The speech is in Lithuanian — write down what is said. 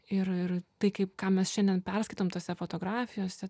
ir ir tai kaip ką mes šiandien perskaitom tose fotografijose